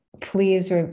please